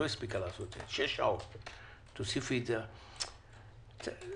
משרד הבריאות רפ"ק מירב שץ ק' תיאום